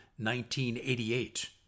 1988